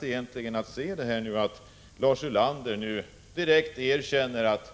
Det är egentligen rätt intressant att Lars Ulander direkt erkänner att